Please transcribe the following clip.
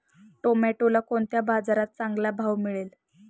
टोमॅटोला कोणत्या बाजारात चांगला भाव मिळेल?